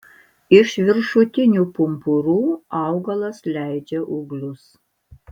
iš viršutinių pumpurų augalas leidžia ūglius